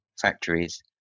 factories